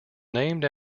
named